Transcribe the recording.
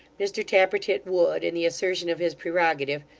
mr tappertit would, in the assertion of his prerogative,